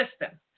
system